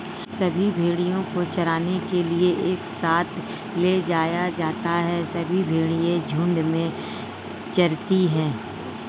सभी भेड़ों को चराने के लिए एक साथ ले जाया जाता है सभी भेड़ें झुंड में चरती है